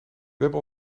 hebben